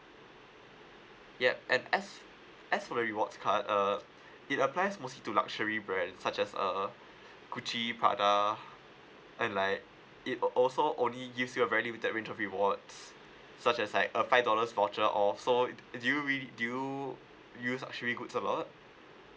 yup and as as for the rewards card uh it applies mostly to luxury brands such as uh gucci prada and like it al~ also only gives you a very limited range of rewards such as like uh five dollars voucher or so do do you re~ do you use luxury good server